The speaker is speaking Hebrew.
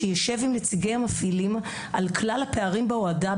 שישב עם נציגי המפעילים על כלל הפערים בהועדה,